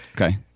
Okay